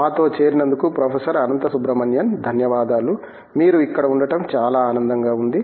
మాతో చేరినందుకు ప్రొఫెసర్ అనంత సుబ్రమణియన్ ధన్యవాదాలు మీరు ఇక్కడ ఉండటం చాలా ఆనందంగా ఉంది